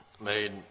made